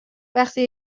وقتی